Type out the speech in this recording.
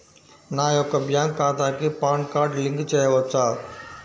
నా యొక్క బ్యాంక్ ఖాతాకి పాన్ కార్డ్ లింక్ చేయవచ్చా?